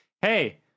hey